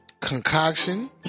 concoction